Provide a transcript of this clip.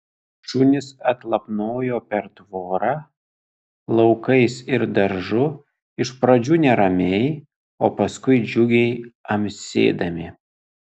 šunys atlapnojo per tvorą laukais ir daržu iš pradžių neramiai o paskui džiugiai amsėdami